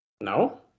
No